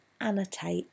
Annotate